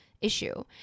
issue